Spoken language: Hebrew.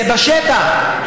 זה בשטח,